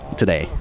today